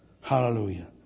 Hallelujah